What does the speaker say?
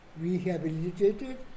rehabilitated